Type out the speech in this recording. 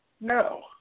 No